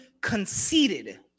conceited